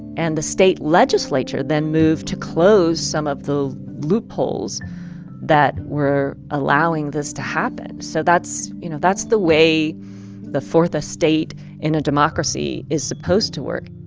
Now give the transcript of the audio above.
and the state legislature then moved to close some of the loopholes that were allowing this to happen. so that's you know, that's the way the fourth estate in a democracy is supposed to work